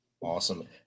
Awesome